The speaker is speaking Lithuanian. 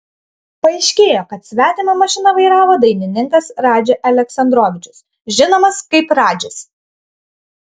paaiškėjo kad svetimą mašiną vairavo dainininkas radži aleksandrovičius žinomas kaip radžis